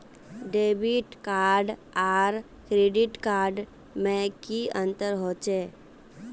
Debit card आर credit card में की अंतर होचे?